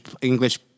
English